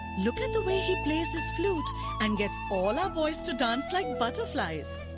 look at at the way he plays his flute and gets all our boys to dance like butterflies!